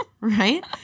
Right